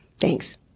Thanks